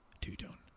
two-tone